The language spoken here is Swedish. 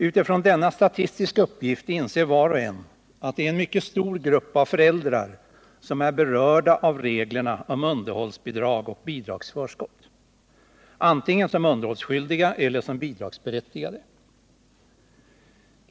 Utifrån denna statistiska uppgift inser var och en att det är en mycket stor grupp av föräldrar som är berörda av reglerna om underhållsbidrag och bidragsförskott, antingen som underhållsskyldiga eller som bidragsberättigade.